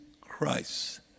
Christ